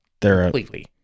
Completely